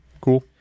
cool